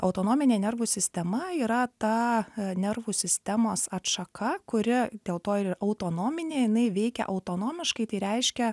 autonominė nervų sistema yra ta nervų sistemos atšaka kuri dėl to ir autonominė jinai veikia autonomiškai tai reiškia